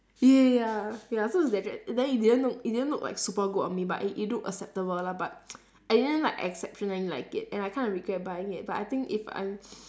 ya ya ya ya ya so it's that dress then it didn't look it didn't look like super good on me but it it look acceptable lah but I didn't like exceptionally like it and I kind of regret buying it but I think if I'm